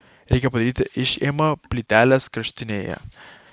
reikia padaryti išėmą plytelės kraštinėje